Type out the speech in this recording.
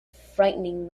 frightening